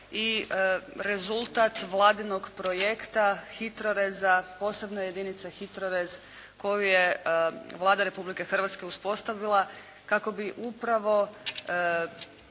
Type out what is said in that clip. i rezultat Vladinog projekta HITROReza posebno jedinice HITRORez koju je Vlada Republike Hrvatske uspostavila kako bi upravo